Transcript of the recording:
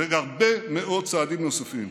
והרבה מאוד צעדים נוספים.